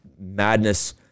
madness